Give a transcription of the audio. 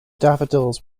daffodils